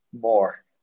more